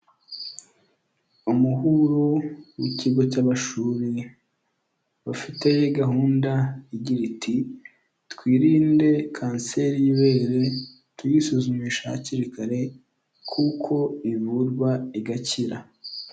Umuhuro w'ikigo cy'amashuri, bafite gahunda igira iti , twirinde kanseri y'ibere tuyisuzumisha hakiri kare kuko ivurwa igakira.